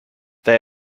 they